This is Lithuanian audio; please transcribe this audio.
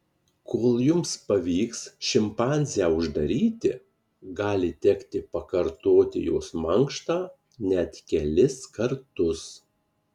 kol jums pavyks šimpanzę uždaryti gali tekti pakartoti jos mankštą net kelis kartus